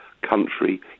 country